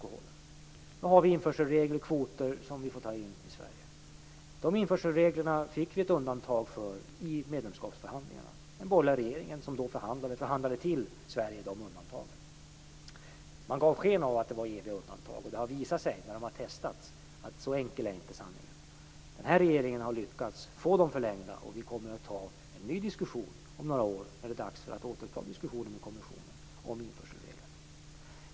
För detta har vi införselregler om de kvoter som får tas in i Sverige. För de införselreglerna fick vi undantag i medlemskapsförhandlingarna. Den borgerliga regeringen, som då förhandlade, förhandlade till Sverige de undantagen. Man gav sken av att det var eviga undantag, men det har visat sig vid test att så enkel är inte sanningen. Den här regeringen har lyckats få dem förlängda. Om några år, när det är dags att återuppta diskussionen med kommissionen, kommer vi att ha en ny diskussion om införselreglerna.